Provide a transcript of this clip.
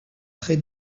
très